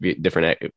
different